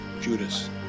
Judas